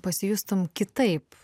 pasijustum kitaip